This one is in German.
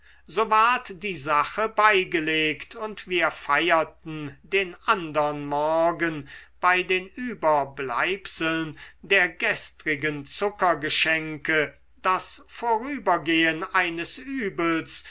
so ward die sache beigelegt und wir feierten den andern morgen bei den überbleibseln der gestrigen zuckergeschenke das vorübergehen eines übels